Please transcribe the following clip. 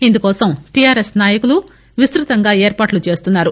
ఇందుకోసం టిఆర్ఎస్ నాయకులు విస్తృతంగా ఏర్పాట్లు చేస్తున్నారు